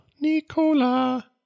nicola